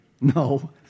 No